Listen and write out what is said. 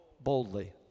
boldly